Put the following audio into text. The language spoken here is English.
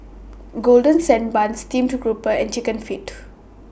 Golden Sand Bun Steamed Grouper and Chicken Feet